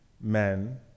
men